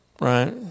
right